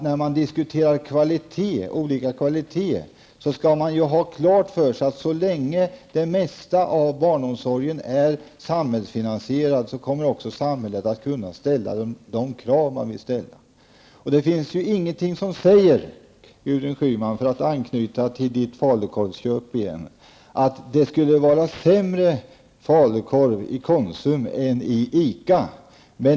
När man diskuterar olika kvalitetsnivåer, skall man ha klart för sig att så länge det mesta av barnomsorgen är samhällsfinansierad, kommer också samhället att kunna ställa de krav man vill ställa. Det finns -- för att på nytt anknyta till Gudrun Schymans falukorvsköp -- inget som säger att falukorven skulle vara sämre i Konsum än på ICA.